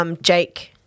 Jake –